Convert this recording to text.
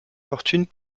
fortunes